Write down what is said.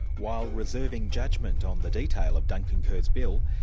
while reserving judgment on the detail of duncan kerr's bill,